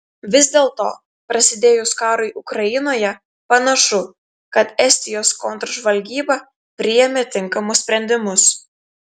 vis dėlto prasidėjus karui ukrainoje panašu kad estijos kontržvalgyba priėmė tinkamus sprendimus